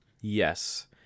yes